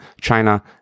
China